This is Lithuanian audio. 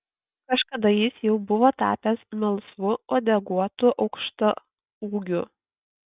kažkada jis jau buvo tapęs melsvu uodeguotu aukštaūgiu